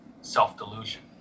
self-delusion